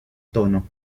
tono